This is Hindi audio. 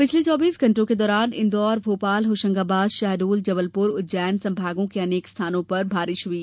पिछले चौबीस घंटों के दौरान इन्दौर भोपाल होशंगाबाद शहडोल जबलपुर उज्जैन संभागों में अनेक स्थानों पर बारिश हुई